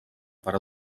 per